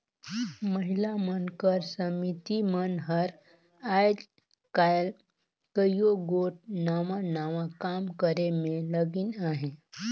महिला मन कर समिति मन हर आएज काएल कइयो गोट नावा नावा काम करे में लगिन अहें